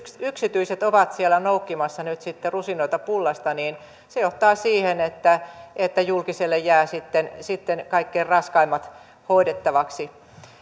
yksityiset ovat siellä noukkimassa nyt sitten rusinoita pullasta niin se johtaa siihen että että julkiselle jäävät sitten sitten kaikkein raskaimmat hoidettavaksi